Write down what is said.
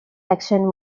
action